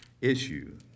issue